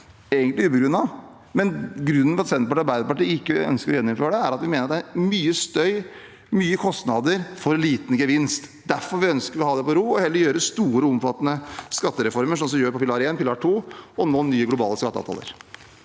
egentlig ubegrunnet, men grunnen til at Senterpartiet og Arbeiderpartiet ikke ønsker å gjeninnføre det, er at vi mener det er mye støy og kostnader for liten gevinst. Derfor ønsker vi å la det bero og heller gjøre store omfattende skattereformer, sånn som vi gjør med pilar 1, pilar 2 og nye globale skatteavtaler.